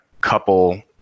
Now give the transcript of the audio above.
couple